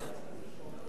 יצחק אהרונוביץ,